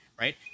right